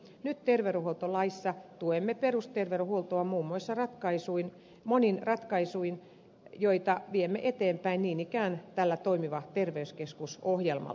nyt terveydenhuoltolaissa tuemme perusterveydenhuoltoa muun muassa monin ratkaisuin joita viemme eteenpäin niin ikään tällä toimiva terveyskeskus ohjelmalla